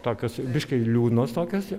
tokios biški liūdnos tokios